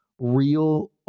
real